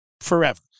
forever